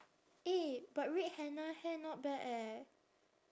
eh but red henna hair not bad eh